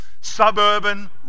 suburban